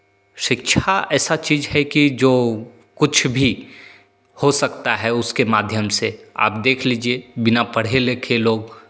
शिक्षा ऐसा एक चीज़ है कि जो कुछ भी हो सकता है उसके माध्यम से आप देख लीजिए बिना पढ़े लिखे लोग